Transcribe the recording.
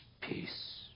peace